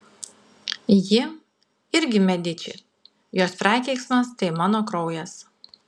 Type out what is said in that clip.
ji irgi mediči jos prakeiksmas tai mano kraujas